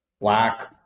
black